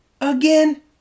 Again